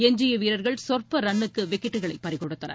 எஞ்சிய வீரர்கள் சொற்ப ரன்னுக்கு விக்கெட்டுகளை பறிக் கொடுத்தனர்